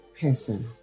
person